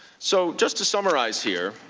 so just to summarize here,